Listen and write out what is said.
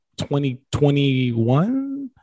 2021